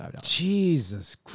jesus